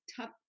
tough